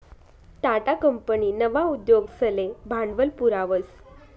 Tata company नवा उद्योगसले भांडवल पुरावस